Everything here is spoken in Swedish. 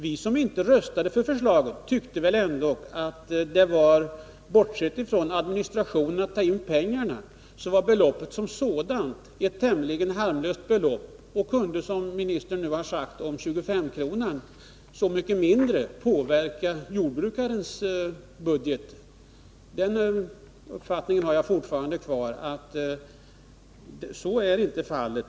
Vi som inte röstade för förslaget tyckte väl att beloppet som sådant, bortsett från den administration det innebar att ta in pengarna, var tämligen harmlöst. Som jordbruksministern nu har sagt om 25-kronan, kunde det så mycket mindre påverka jordbrukarens budget. Så är inte fallet — den uppfattningen har jag kvar.